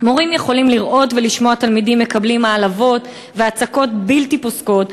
"מורים יכולים לראות ולשמוע תלמידים מקבלים העלבות והצקות בלתי פוסקות,